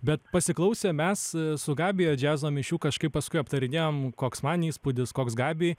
bet pasiklausę mes su gabija džiazo mišių kažkaip paskui aptarinėjom koks man įspūdis koks gabijai